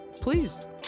please